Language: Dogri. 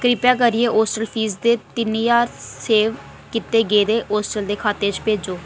कृपा करियै होस्टल फीस दे तिन ज्हार सेव कीते गेदे होस्टल दे खाते च भेजो